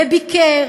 וביקר,